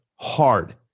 Hard